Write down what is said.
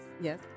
yes